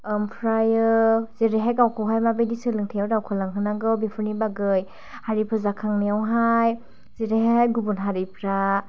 ओमफ्रायो जेरैहाय गावखौहाय माबायदि सोलोंथाइयाव दावखोलांहोनांगौ बेफोरनि बागै हारि फोजाखांनायावहाय जेरैहाय गुबुन हारिफ्रा